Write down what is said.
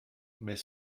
mais